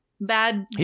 bad